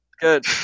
Good